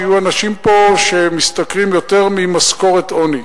שיהיו פה אנשים שמשתכרים יותר ממשכורת עוני.